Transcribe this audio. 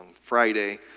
Friday